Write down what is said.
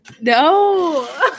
No